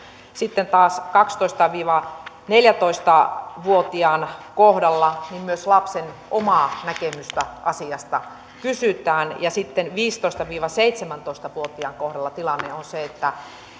sitten taas kaksitoista viiva neljätoista vuotiaan kohdalla myös lapsen omaa näkemystä asiasta kysytään ja viisitoista viiva seitsemäntoista vuotiaan kohdalla tilanne on se että